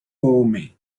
homem